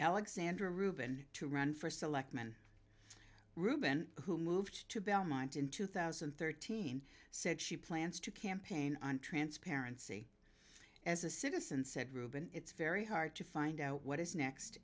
alexandria ruben to run for selectman ruben who moved to belmont in two thousand and thirteen said she plans to campaign on transparency as a citizen said ruben it's very hard to find out what is next